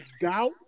doubt